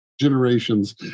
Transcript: generations